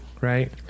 right